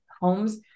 homes